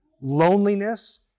loneliness